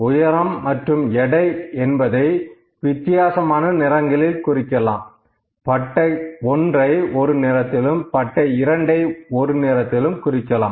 உயரம் மற்றும் எடை என்பதை வித்தியாசமான நிறங்களில் குறிக்கலாம்